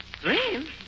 Dream